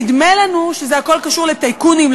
נדמה לנו שהכול קשור לטייקונים,